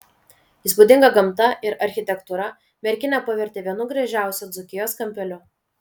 įspūdinga gamta ir architektūra merkinę pavertė vienu gražiausių dzūkijos kampelių